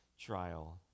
trial